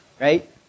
right